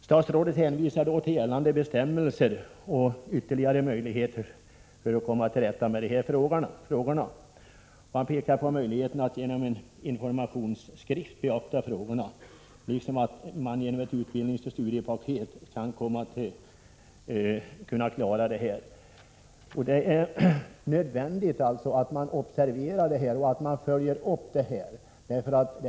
Statsrådet hänvisar till gällande bestämmelser och till ytterligare möjligheter för att komma till rätta med dessa frågor. Han visar på möjligheten att genom en informationsskrift beakta frågorna och säger att ett utbildningsoch studiepaket planeras. Det är nödvändigt att observera och följa upp frågan om bevarande av kulturminnesmärken.